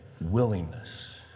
willingness